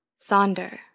sonder